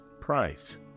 price